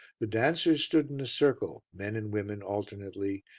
the dancers stood in a circle, men and women alternately,